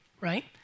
right